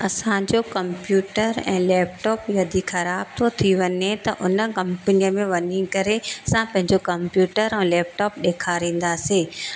असांजो कम्पयूटर ऐं लैपटॉप यदि ख़राब थो थी वञे त उन कंपनीअ में वञी करे असां पंहिंजो कम्पयूटर ऐं लैपटॉप ॾेखारींदासीं